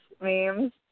memes